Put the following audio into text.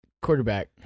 quarterback